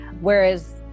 Whereas